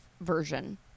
version